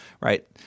right